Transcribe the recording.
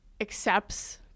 accepts